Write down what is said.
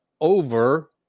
over